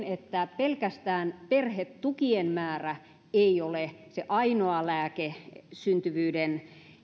että pelkästään perhetukien määrä ei ole se ainoa lääke syntyvyyden